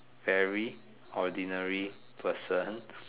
very ordinary person